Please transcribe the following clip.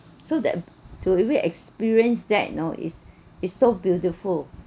so that to really experience that you know is is so beautiful